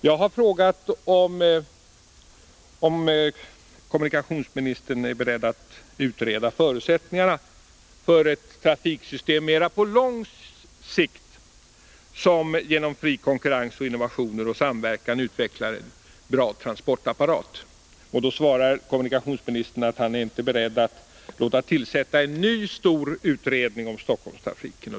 Jag har frågat om kommunikationsministern är beredd att utreda förutsättningarna för ett trafiksystem mera på lång sikt, som genom fri konkurrens, innovationer och samverkan utvecklar en bra transportapparat. Då svarar kommunikationsministern att han inte är beredd att låta tillsätta en ny stor utredning om Stockholmstrafiken.